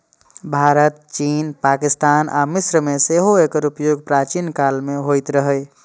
भारत, चीन, पाकिस्तान आ मिस्र मे सेहो एकर उपयोग प्राचीन काल मे होइत रहै